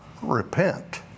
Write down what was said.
repent